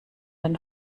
den